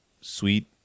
sweet